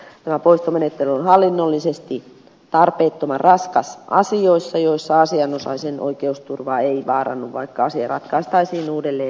tämä poistomenettely on hallinnollisesti tarpeettoman raskas asioissa joissa asianosaisen oikeusturva ei vaarannu vaikka asia ratkaistaisiin uudelleen yksinkertaisemminkin